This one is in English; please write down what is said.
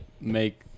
make